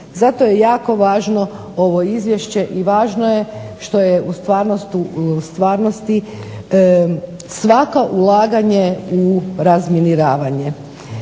Zato je jako važno ovo izvješće i važno je što je u stvarnosti svako ulaganje u razminiravanje.